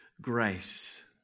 grace